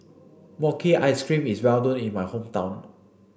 Mochi ice cream is well known in my hometown